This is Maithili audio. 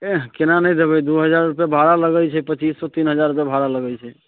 एह केना नहि जबय दू हजार रूपैआ भाड़ा लगैत छै पच्चीस सए तीन हजार भाड़ा लगैत छै